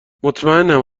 مطمئنم